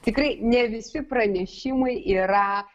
tikrai ne visi pranešimai yra